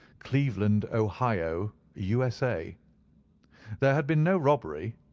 cleveland, ohio, u s a there had been no robbery,